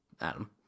Adam